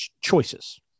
choices